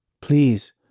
Please